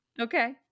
Okay